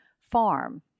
farm